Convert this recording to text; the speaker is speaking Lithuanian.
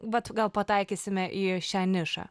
vat gal pataikysime į šią nišą